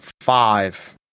five